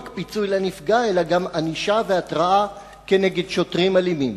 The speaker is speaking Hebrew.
אלא גם ענישה והתראה כנגד שוטרים אלימים.